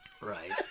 Right